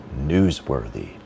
newsworthy